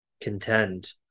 contend